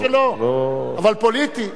לא אמרתי שלא, אבל פוליטי.